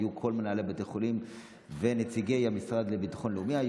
היו כל מנהלי בתי החולים והיו נציגי המשרד לביטחון לאומי.